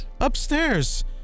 upstairs